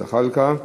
זחאלקה.